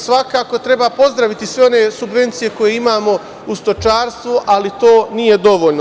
Svakako treba pozdraviti sve one subvencije koje imamo u stočarstvu, ali to nije dovoljno.